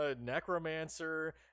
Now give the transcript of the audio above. Necromancer